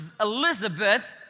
Elizabeth